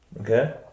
okay